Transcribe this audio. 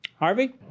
Harvey